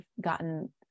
gotten